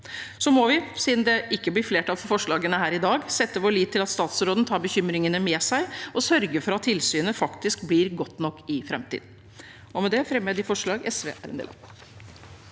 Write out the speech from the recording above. Så må vi, siden det ikke blir flertall for forslagene her i dag, sette vår lit til at statsråden tar bekymringene med seg og sørger for at tilsynet faktisk blir godt nok i framtiden. Med det fremmer jeg de forslag SV er